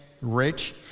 rich